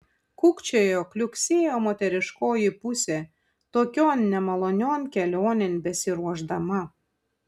kukčiojo kliuksėjo moteriškoji pusė tokion nemalonion kelionėn besiruošdama